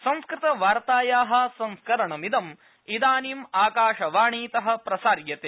संस्कृतवार्ताया संस्करणमिदं इदानीम् आकाशवाणीत प्रसार्यते